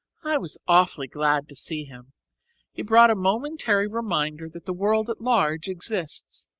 i was awfully glad to see him he brought a momentary reminder that the world at large exists.